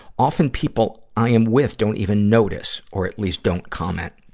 often people i am with don't even notice, or at least don't comment.